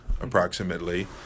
Approximately